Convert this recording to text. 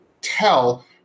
tell